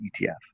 ETF